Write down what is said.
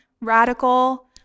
radical